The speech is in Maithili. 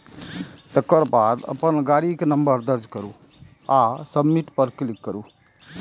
एकर बाद अपन गाड़ीक नंबर दर्ज करू आ सबमिट पर क्लिक करू